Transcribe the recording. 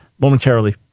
momentarily